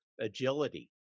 agility